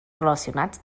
relacionats